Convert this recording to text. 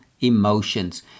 emotions